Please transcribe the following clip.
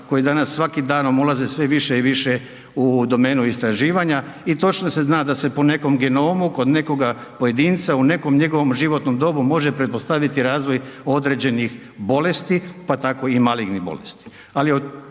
koje danas svakim danom ulaze sve više i više u domenu istraživanja i točno se zna da se po nekom genomu kod nekoga pojedinca u nekom njegovom životnom dobu može pretpostaviti razvoj određenih bolesti, pa tako i malignih bolesti. Ali to